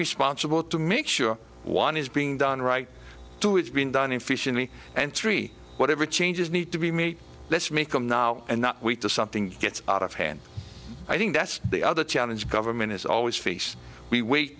responsible to make sure one is being done right to it's been done in fishing me and three whatever changes need to be made let's make them now and not wait to something gets out of hand i think that's the other challenge government has always faced we wait